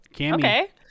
Okay